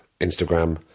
instagram